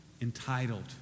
entitled